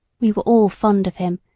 we were all fond of him,